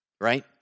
right